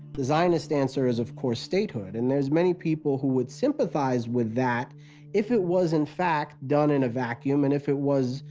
the zionist answer is, of course, statehood, and there's many people who would sympathize with that if it was in fact done in a vacuum, and if it was,